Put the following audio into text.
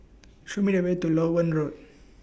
Show Me The Way to Loewen Road